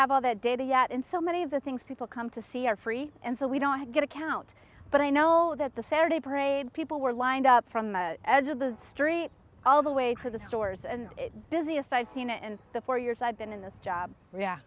have all that data yet in so many of the things people come to see are free and so we don't get a count but i know that the saturday parade people were lined up from the edge of the story all the way to the stores and busiest i've seen and the four years i've been in this job rea